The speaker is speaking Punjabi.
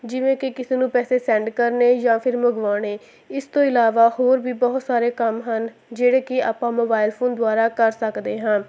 ਜਿਵੇਂ ਕਿ ਕਿਸੇ ਨੂੰ ਪੈਸੇ ਸੈਂਡ ਕਰਨੇ ਜਾਂ ਫਿਰ ਮੰਗਵਾਉਣੇ ਇਸ ਤੋਂ ਇਲਾਵਾ ਹੋਰ ਵੀ ਬਹੁਤ ਸਾਰੇ ਕੰਮ ਹਨ ਜਿਹੜੇ ਕਿ ਆਪਾਂ ਮੋਬਾਈਲ ਫੋਨ ਦੁਆਰਾ ਕਰ ਸਕਦੇ ਹਾਂ